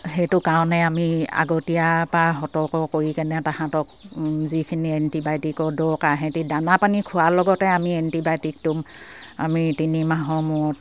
সেইটো কাৰণে আমি আগতীয়াৰ পা সতৰ্ক কৰি কেনে তাহাঁতক যিখিনি এণ্টিবায়'টিকৰ দৰকাৰ সিহঁতি দানা পানী খোৱাৰ লগতে আমি এণ্টিবায়'টিক দিম আমি তিনিমাহৰ মূৰত